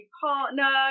partner